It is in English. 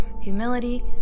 Humility